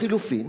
לחלופין,